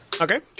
Okay